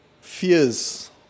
fears